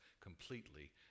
completely